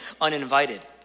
uninvited